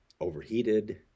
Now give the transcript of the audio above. overheated